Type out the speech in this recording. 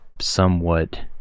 somewhat